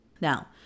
Now